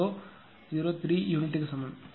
003 யூனிட்டுக்கு சமம்